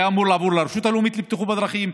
זה היה אמור לעבור לרשות הלאומית לבטיחות בדרכים,